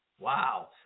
Wow